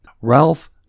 Ralph